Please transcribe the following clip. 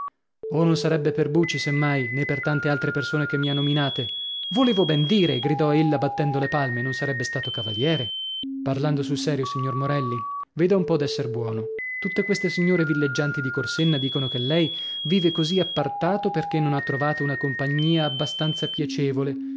oh non sarebbe per buci se mai nè per tante altre persone che mi ha nominate volevo ben dire gridò ella battendo le palme non sarebbe stato cavaliere parlando sul serio signor morelli veda un po d'esser buono tutte queste signore villeggianti di corsenna dicono che lei vive così appartato perchè non ha trovata una compagnia abbastanza piacevole